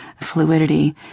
fluidity